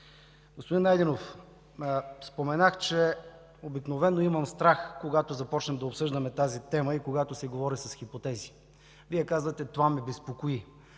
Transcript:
Господин Найденов, споменах, че обикновено имам страх, когато започнем да обсъждаме тази тема и се говори с хипотези. Вие казвате: това ме безпокои.